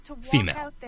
Female